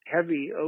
heavy